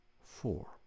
four